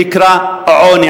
שנקרא עוני,